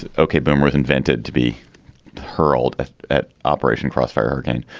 and ok. but was invented to be hurled at operation crossfire again,